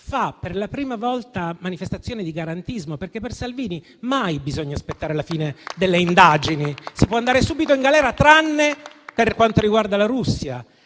fa per la prima volta manifestazione di garantismo, perché per Salvini non bisogna mai aspettare la fine delle indagini, si può andare subito in galera tranne per quanto riguarda la Russia.